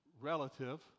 relative